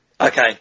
Okay